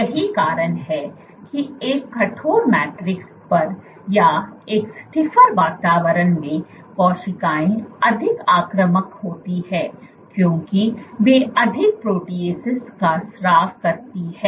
यही कारण है कि एक कठोर मैट्रिक्स पर या एक स्टिफर वातावरण में कोशिकाएं अधिक आक्रामक होती हैं क्योंकि वे अधिक प्रोटीएसस का स्राव करती हैं